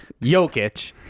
Jokic